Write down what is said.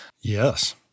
Yes